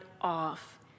off